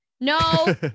No